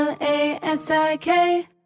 L-A-S-I-K